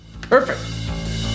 Perfect